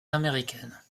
américaine